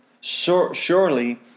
Surely